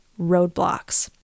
roadblocks